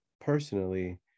Personally